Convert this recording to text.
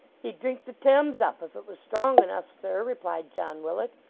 he'd drink the thames up, if it was strong enough, sir replied john willet.